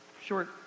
short